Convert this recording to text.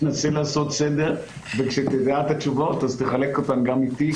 תנסה לעשות סדר וכשתדע את התשובות אז תחלק אותן גם איתי,